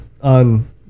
on